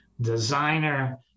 designer